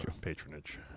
patronage